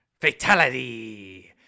Fatality